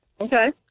Okay